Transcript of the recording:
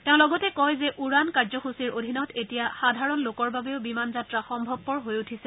তেওঁ লগতে কয় যে উড়ান কাৰ্যসূচীৰ অধীনত এতিয়া সাধাৰণ লোকৰ বাবেও বিমান যাত্ৰা সম্ভৱপৰ হৈ উঠিছে